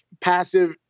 passive